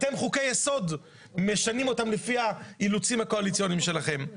אתם חוקי-יסוד משנים לפי האילוצים הקואליציוניים שלכם.